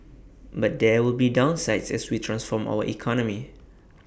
but there will be downsides as we transform our economy